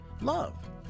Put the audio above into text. Love